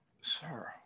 sir